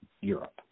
europe